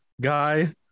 guy